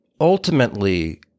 ultimately